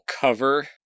cover